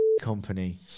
company